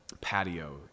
patio